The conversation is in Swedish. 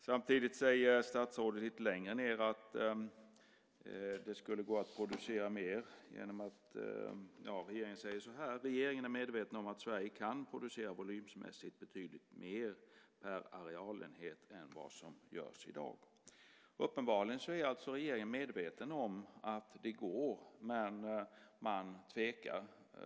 Samtidigt säger statsrådet lite senare att "regeringen är medveten om att Sverige kan producera volymmässigt betydligt mer per arealenhet än vad vi gör i dag". Uppenbarligen är regeringen medveten om att det är möjligt, men man tvekar.